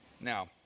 Now